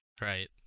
right